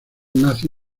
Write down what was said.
nazi